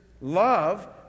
love